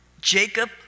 Jacob